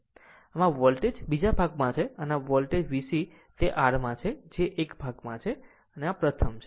આમ વોલ્ટેજ બીજા ભાગમાં છે અને આ વોલ્ટેજ VC તે r માં છે જે 1 ભાગમાં છે અને આ પ્રથમ છે